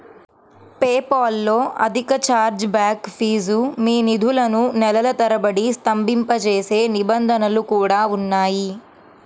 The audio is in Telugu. పేపాల్ లో అధిక ఛార్జ్ బ్యాక్ ఫీజు, మీ నిధులను నెలల తరబడి స్తంభింపజేసే నిబంధనలు కూడా ఉన్నాయి